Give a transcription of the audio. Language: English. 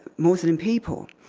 muslim people,